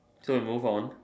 so we move on